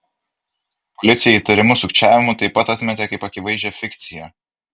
policija įtarimus sukčiavimu taip pat atmetė kaip akivaizdžią fikciją